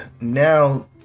now